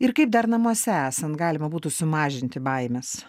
ir kaip dar namuose esant galima būtų sumažinti baimes